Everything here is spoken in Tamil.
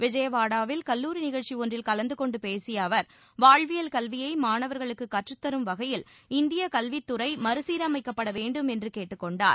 விஜயவாடாவில் கல்லூரி நிகழ்ச்சி ஒன்றில் கலந்து கொண்டு பேசிய அவர் வாழ்வியல் கல்வியை மாணவர்களுக்கு கற்றுத்தரும் வகையில் இந்திய கல்வித் துறை மறுசீரமைக்கப்பட வேண்டும் என்று கேட்டுக் கொண்டார்